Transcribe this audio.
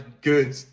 good